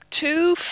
two